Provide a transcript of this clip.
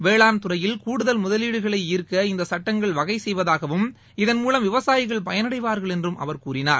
வேளாண் துறையில் கூடுதல் முதலீடுகளை ஈர்க்க இந்த சுட்டங்கள் வகை செய்வதாகவும் இதன் மூலம் விவசாயிகள் பயனடைவார்கள் என்றும் அவர் கூறினார்